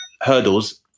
hurdles